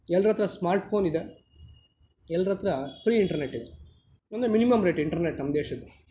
ಎಲ್ಲರತ್ರ smart phone ಇದೆ ಎಲ್ಲರತ್ರ ಫ್ರೀ ಇಂಟರ್ನೆಟ್ ಇದೆ ಅಂದರೆ ಮಿನಿಮಮ್ ರೇಟ್ ಇಂಟರ್ನೆಟ್ ನಮ್ಮ ದೇಶದ್ದು